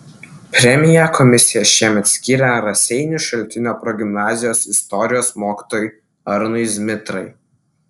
premiją komisija šiemet skyrė raseinių šaltinio progimnazijos istorijos mokytojui arnui zmitrai